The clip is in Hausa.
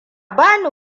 bani